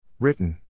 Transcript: Written